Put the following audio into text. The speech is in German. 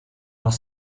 noch